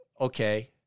Okay